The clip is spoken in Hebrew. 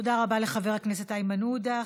תודה רבה לחבר הכנסת איימן עודה.